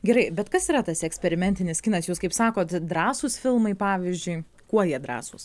gerai bet kas yra tas eksperimentinis kinas jūs kaip sakot drąsūs filmai pavyzdžiui kuo jie drąsūs